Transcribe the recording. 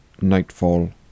nightfall